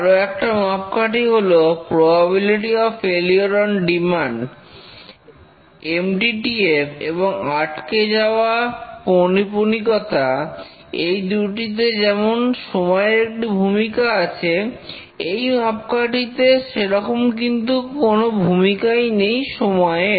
আরও একটা মাপকাঠি হলো probability of failure on demand MTTF এবং আটকে যাওয়া পৌনঃপুনিকতা এই দুটিতে যেমন সময়ের একটি ভূমিকা আছে এই মাপকাটিতে সেরকম কিন্তু কোনো ভূমিকাই নেই সময়ের